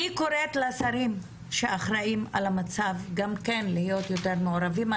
אני קוראת לשרים שאחראים על המצב גם כן להיות יותר מעורבים.